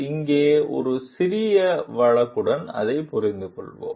இங்கே ஒரு சிறிய வழக்குடன் அதைப் புரிந்துகொள்வோம்